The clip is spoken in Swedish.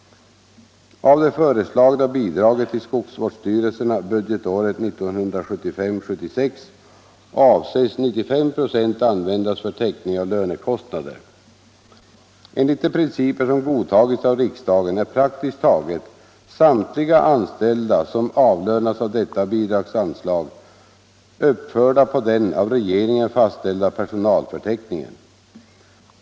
Av det föreslagna bidraget till skogsvårdsstyrelserna budgetåret 1975/76 avses 95 96 användas för täckning av lönekostnader. Enligt de principer som godtagits av riksdagen är praktiskt taget samtliga anställda som avlönas av detta bidragsanslag uppförda på den av regeringen fastställda personalförteckningen.